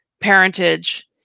parentage